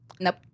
Nope